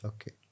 Okay